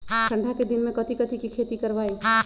ठंडा के दिन में कथी कथी की खेती करवाई?